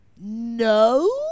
no